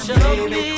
baby